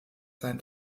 sein